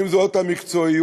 האם זאת המקצועיות?